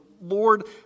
Lord